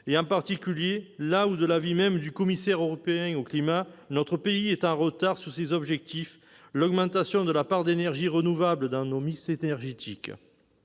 en particulier, là où, de l'avis même du commissaire européen au climat, notre pays est en retard sur ses objectifs, l'augmentation de la part d'énergies renouvelables dans notre mix énergétique.